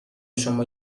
شما